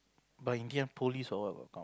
but in the end police or what got come